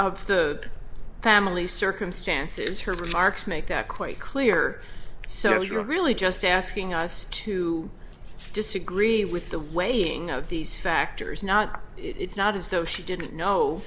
of the family circumstances her remarks make that quite clear so you're really just asking us to disagree with the weighing of these factors not it's not as though she didn't know